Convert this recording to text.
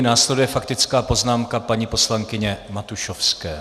Následuje faktická poznámka paní poslankyně Matušovské.